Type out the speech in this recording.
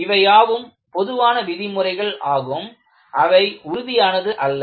இவையாவும் பொதுவான விதிமுறைகள் ஆகும் அவை உறுதியானது அல்ல